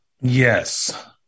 Yes